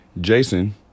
Jason